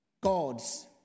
God's